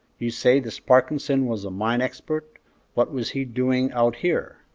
you say this parkinson was a mine expert what was he doing out here?